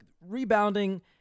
rebounding